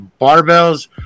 barbells